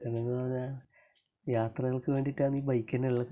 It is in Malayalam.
എന്താണെന്ന് പറഞ്ഞാൽ യാത്രകൾക്ക് വേണ്ടിയിട്ടാണ് ഈ ബൈക്ക് തന്നെ ഉള്ളത്